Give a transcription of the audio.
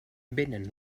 vénen